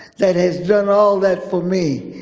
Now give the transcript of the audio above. that has done all that for me,